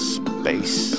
space